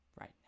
right